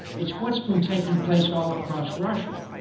it's what's been taking place all across russia,